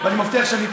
אני מבטיח שאני אתייחס.